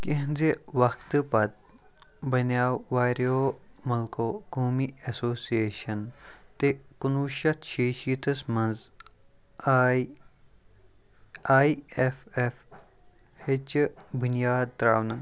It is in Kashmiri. کیٚنٛہہ زِ وَقتہٕ پتہٕ بنیو وارِیو مُلكو قومی اٮ۪سوسِیشَن تہِ کُنہٕ وُہ شٮ۪تھ شیٚیہِ شیٖتَس منٛز آی آی اٮ۪ف اٮ۪ف ہیٚچہِ بُنیاد ترٛاونہٕ